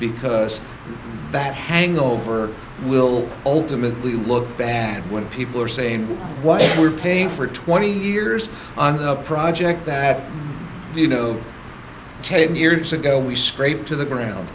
because that hangover will ultimately look bad when people are saying what we're paying for twenty years on the project that you know taken years ago we scrape to the ground